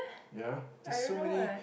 ya there's so many